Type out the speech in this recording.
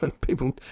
people